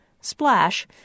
Splash